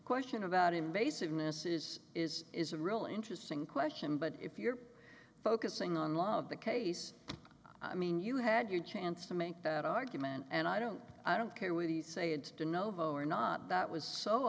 question about invasiveness is is is a really interesting question but if you're focusing on law of the case i mean you had your chance to make that argument and i don't i don't care with the say it to nova or not that was so